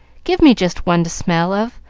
give me just one to smell of,